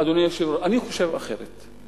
אדוני היושב-ראש, אני חושב אחרת.